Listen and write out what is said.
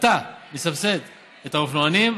כמה אתה מסבסד את האופנוענים,